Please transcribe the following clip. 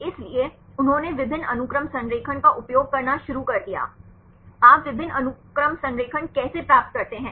इसलिए उन्होंने विभिन्न अनुक्रम संरेखण का उपयोग करना शुरू कर दिया आप विभिन्न अनुक्रम संरेखण कैसे प्राप्त करते हैं